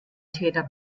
täter